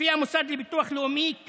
לפי המוסד לביטוח לאומי,